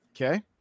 Okay